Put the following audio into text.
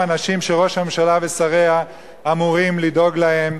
אנשים שראש הממשלה ושריה אמורים לדאוג להם,